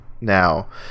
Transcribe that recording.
now